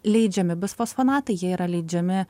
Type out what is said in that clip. leidžiami bus fosfonatai jie yra leidžiami